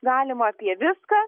galima apie viską